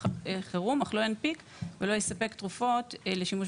אך לא ינפיק ולא יספק תרופות לשימוש